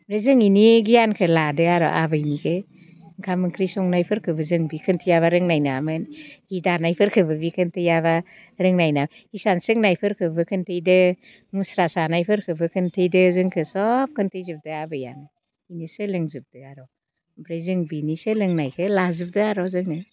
ओमफ्राय जों बिनि गियानखौ लादों आरो आबैनिखौ ओंखाम ओंख्रि संनायफोरौबो जों बियो खिन्थायाबा रोंनाय नङामोन हि दानायफोरखौबो बियो खिनथायाबा रोंनाय नङा हिसान सोंनायफोरखौबो खिनथादो मुस्रा सानायफोरखौबो खिनथादो जोंखो सब खिनथाजोबदों आबैयानो बिदिनो सोलोंजोदों आरो ओमफ्राय जों बिनि सोलोंनायखौ लाजोबदों आरो जोङो